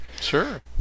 Sure